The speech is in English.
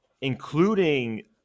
including